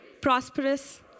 prosperous